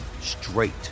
straight